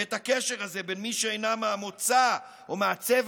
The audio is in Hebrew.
ואת הקשר הזה בין מי שאינם מהמוצא או מהצבע